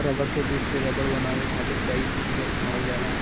रबड़ के दूध से रबड़ बनावे खातिर कई विधि अपनावल जाला